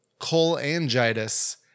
cholangitis